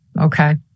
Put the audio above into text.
Okay